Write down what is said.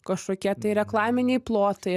kažkokie tai reklaminiai plotai